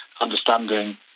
understanding